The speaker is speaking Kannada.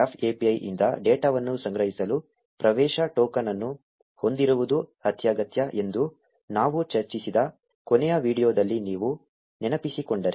ಗ್ರಾಫ್ API ಯಿಂದ ಡೇಟಾವನ್ನು ಸಂಗ್ರಹಿಸಲು ಪ್ರವೇಶ ಟೋಕನ್ ಅನ್ನು ಹೊಂದಿರುವುದು ಅತ್ಯಗತ್ಯ ಎಂದು ನಾವು ಚರ್ಚಿಸಿದ ಕೊನೆಯ ವೀಡಿಯೊದಲ್ಲಿ ನೀವು ನೆನಪಿಸಿಕೊಂಡರೆ